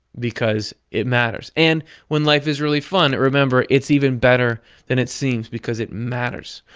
because it matters. and when life is really fun, remember it's even better than it seems because it matters.